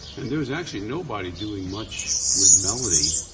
and there was actually nobody doing much with melody.